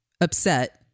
upset